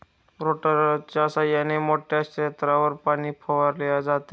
रोटेटरच्या सहाय्याने मोठ्या क्षेत्रावर पाणी फवारले जाते